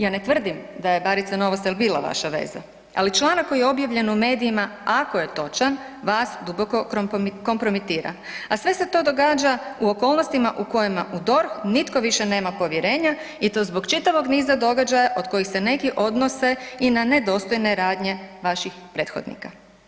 Ja ne tvrdim da je Barica Novosel bila vaša veza, ali članak koji je objavljen u medijima ako je točan vas duboko kompromitira, a sve se to događa u okolnostima u kojima u DORH nitko više nema povjerenja i to zbog čitavog niza događaja od kojih se neki odnose i na nedostojne radnje vaših prethodnika.